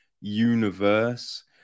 universe